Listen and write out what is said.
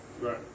Right